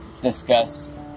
discuss